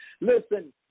listen